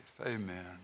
Amen